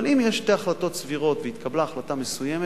אבל אם יש שתי החלטות סבירות והתקבלה החלטה מסוימת,